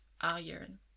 iron